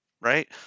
Right